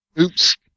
Oops